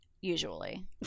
usually